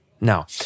Now